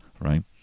right